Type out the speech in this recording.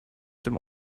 dem